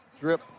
Drip